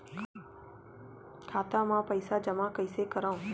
खाता म पईसा जमा कइसे करव?